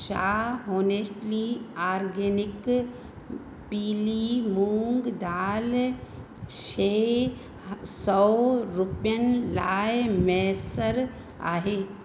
छा honestly organic पीली मूंग दाल शइ सौ रुपयनि लाइ मुयसरु आहे